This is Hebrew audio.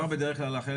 אבל יש הבדל